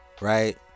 Right